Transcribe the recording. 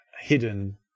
hidden